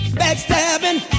backstabbing